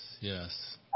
Yes